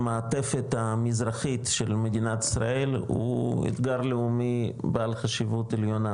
מעטפת המזרחית של מדינת ישראל הוא אתגר לאומי בעל חשיבות עליונה,